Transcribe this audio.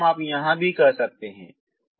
यही काम आप यहां भी कर सकते हैं